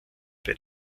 bei